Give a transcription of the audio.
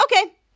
okay